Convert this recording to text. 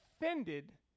offended